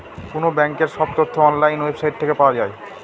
কোনো ব্যাঙ্কের সব তথ্য অনলাইন ওয়েবসাইট থেকে পাওয়া যায়